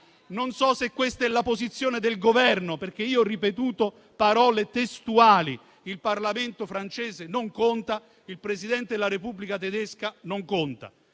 non so se questa sia la posizione del Governo, perché io ho ripetuto parole testuali: "il Parlamento francese non conta, il Presidente della Repubblica tedesca non conta".